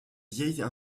vieilles